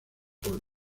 pueblo